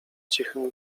cichym